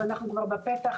אבל אנחנו כבר בפתח,